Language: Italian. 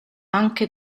anche